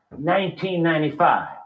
1995